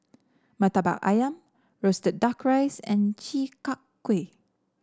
murtabak ayam roasted duck rice and Chi Kak Kuih